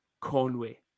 Conway